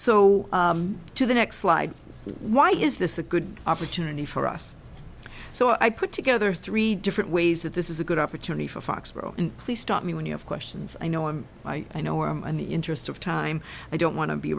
so to the next slide why is this a good opportunity for us so i put together three different ways that this is a good opportunity for foxborough please stop me when you have questions i know what i know in the interest of time i don't want to be